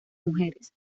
mujeres